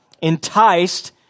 enticed